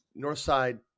Northside